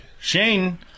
Shane